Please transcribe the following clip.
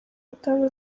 rutonde